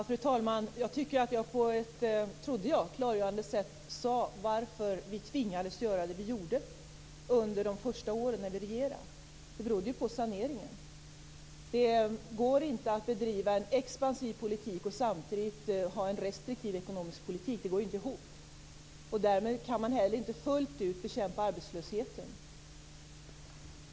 Fru talman! Jag trodde att jag på ett klargörande sätt sade varför vi tvingades göra det vi gjorde under de första år vi regerade. Det berodde på saneringen. Det går inte att bedriva en expansiv politik och samtidigt ha en restriktiv ekonomisk politik. Det går inte ihop. Därmed kan man inte heller fullt ut bekämpa arbetslösheten.